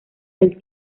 del